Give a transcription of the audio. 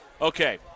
Okay